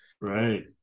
Right